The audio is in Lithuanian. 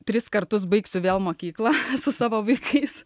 tris kartus baigsiu vėl mokyklą su savo vaikais